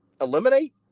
eliminate